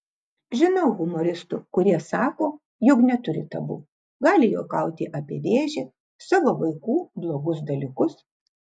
žinau humoristų kurie sako jog neturi tabu gali juokauti apie vėžį savo vaikų blogus dalykus